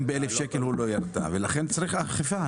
גם ב-1,000 שקל הוא לא יירתע ולכן צריך אכיפה.